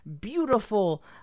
beautiful